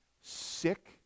sick